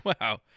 Wow